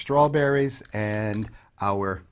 strawberries and our